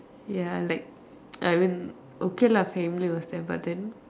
ya like I mean okay lah family was there but then